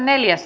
asia